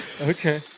okay